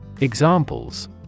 Examples